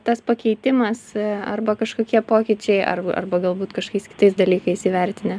tas pakeitimas arba kažkokie pokyčiai ar arba galbūt kažkokiais kitais dalykais įvertinę